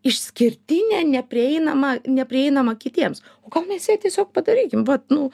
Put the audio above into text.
išskirtinę neprieinamą neprieinamą kitiems gal mes ją tiesiog padarykim vat nu